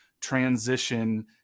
transition